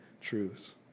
truths